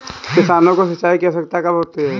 किसानों को सिंचाई की आवश्यकता कब होती है?